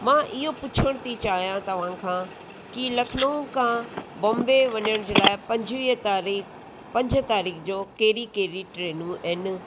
मां इहो पुछणु थी चाहियां तव्हां खां कि लखनऊ खां बॉम्बे वञण जे लाइ पंजवीह तारीख़ पंज तारीख़ जो कहिड़ी कहिड़ी ट्रेनूं आहिनि